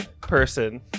person